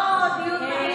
לא דיון מהיר,